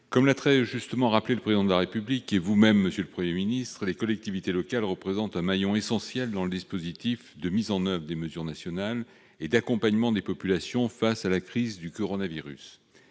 Comme l'a très justement rappelé le Président de la République, et vous-même l'avez souligné, monsieur le Premier ministre, les collectivités locales représentent un maillon essentiel dans le dispositif de mise en oeuvre des mesures nationales et d'accompagnement des populations face à la crise du coronavirus.